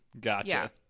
Gotcha